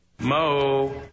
Mo